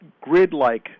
grid-like